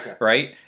right